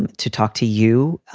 and to talk to you.